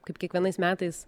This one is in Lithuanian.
kaip kiekvienais metais